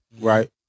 right